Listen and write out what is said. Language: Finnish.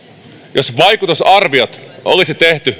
jos vaikutusarviot olisi tehty